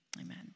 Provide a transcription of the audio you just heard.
amen